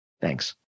Thanks